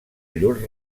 llur